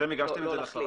אתם הגשתם את זה לשרה?